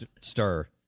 stir